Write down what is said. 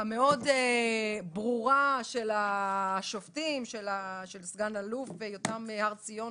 המאוד ברורה של השופטים, של סגן אלוף יותם הר ציון